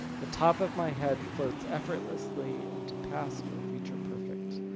the top of my head floats effortlessly into past or future perfect.